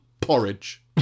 Porridge